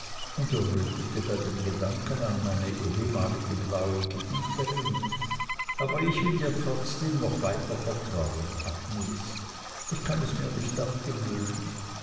bei dem gedanken an meine ehemalige blaue gebieterin aber ich will dir trotzdem noch weiter vertrauen agnes ich kann es mir nicht abgewöhnen